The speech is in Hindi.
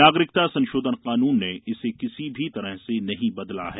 नागरिकता संशोधन कानून ने इसे किसी भी तरह से नहीं बदला है